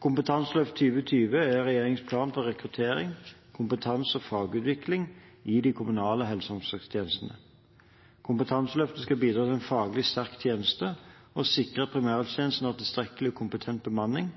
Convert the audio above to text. Kompetanseløft 2020 er regjeringens plan for rekruttering, kompetanse og fagutvikling i de kommunale helse- og omsorgstjenestene. Kompetanseløftet skal bidra til en faglig sterk tjeneste og sikre at primærhelsetjenesten har tilstrekkelig og kompetent bemanning